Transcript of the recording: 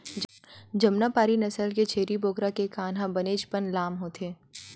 जमुनापारी नसल के छेरी बोकरा के कान ह बनेचपन लाम होथे